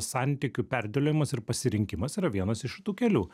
santykių perdėliojimas ir pasirinkimas yra vienas iš šitų kelių